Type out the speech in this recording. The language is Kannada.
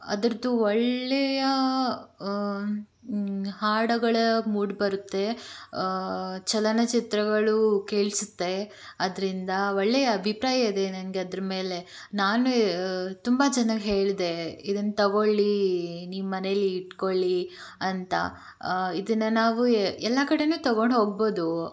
ಅದರದ್ದು ಒಳ್ಳೆಯ ಹಾಡುಗಳು ಮೂಡಿ ಬರುತ್ತೆ ಚಲನಚಿತ್ರಗಳು ಕೇಳಿಸುತ್ತೆ ಅದರಿಂದ ಒಳ್ಳೆಯ ಅಭಿಪ್ರಾಯ ಇದೆ ನನಗೆ ಅದರ ಮೇಲೆ ನಾನು ತುಂಬ ಜನಕ್ಕೆ ಹೇಳಿದೆ ಇದನ್ನು ತಗೊಳ್ಳಿ ನಿಮ್ಮನೇಲಿ ಇಟ್ಟುಕೊಳ್ಳಿ ಅಂತ ಇದನ್ನು ನಾವು ಎಲ್ಲ ಕಡೆಯೂ ತೊಗೊಂಡು ಹೋಗ್ಬೋದು